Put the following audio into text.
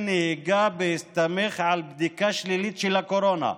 נהיגה בהסתמך על בדיקה שלילית של הקורונה,